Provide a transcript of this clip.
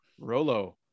Rolo